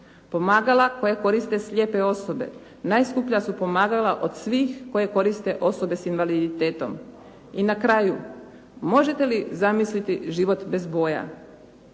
Pomagala koja koriste slijepe osobe najskuplja su pomagala od svih koje koriste osobe s invaliditetom. I na kraju možete li zamisliti život bez boja?